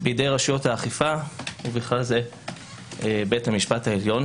בידי רשויות האכיפה ובכלל זה בית המשפט העליון.